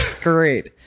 Great